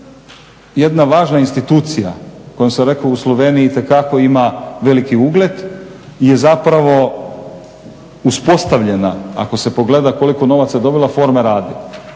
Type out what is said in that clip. jedna važna institucija … sam rekao u Sloveniji itekako ima veliki ugleda je zapravo uspostavljena ako se pogleda koliko je novaca dobila forme radi.